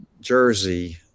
Jersey